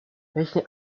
welchen